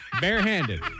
bare-handed